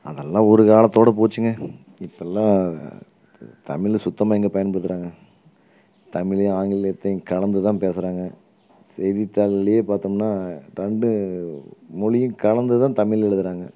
அதெல்லாம் ஒரு காலத்தோடு போச்சுங்க இப்போல்லாம் தமிழ் சுத்தமாக எங்கே பயன்படுத்துகிறாங்க தமிழையும் ஆங்கிலத்தையும் கலந்துதான் பேசுகிறாங்க செய்தித்தாள்லேயே பார்த்தோம்னா ரெண்டு மொழியும் கலந்துதான் தமிழ் எழுதுகிறாங்க